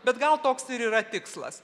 bet gal toks ir yra tikslas